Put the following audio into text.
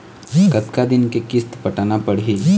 कतका दिन के किस्त पटाना पड़ही?